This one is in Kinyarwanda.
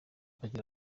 agira